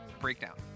breakdown